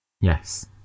Yes